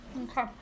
Okay